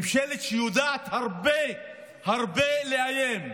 ממשלה שיודעת הרבה הרבה לאיים.